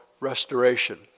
restoration